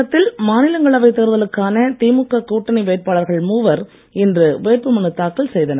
தமிழகத்தில் மாநிலங்களவை தேர்தலுக்கான திமுக கூட்டணி வேட்பாளர்கள் மூவர் இன்று வேட்புமனுத் தாக்கல் செய்தனர்